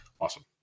awesome